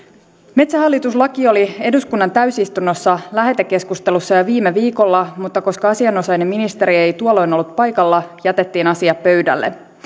metsähallitus laki oli eduskunnan täysistunnossa lähetekeskustelussa jo viime viikolla mutta koska asianosainen ministeri ei tuolloin ollut paikalla jätettiin asia pöydälle